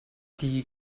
die